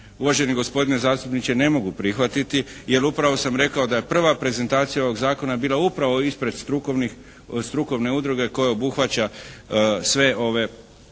uvaženi gospodine zastupniče ne mogu prihvatiti jer upravo sam rekao da je prva prezentacija ovog zakona bila upravo ispred strukovne udruge koja obuhvaća sve ove, sve ljude